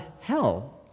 hell